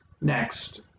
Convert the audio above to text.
Next